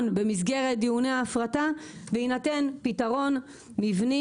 במסגרת דיוני ההפרטה ויינתן פתרון מבני,